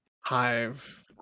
Hive